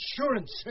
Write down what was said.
insurance